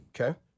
Okay